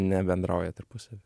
nebendrauja tarpusavy